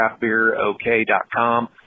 craftbeerok.com